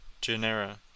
genera